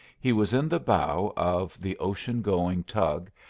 he was in the bow of the ocean-going tug,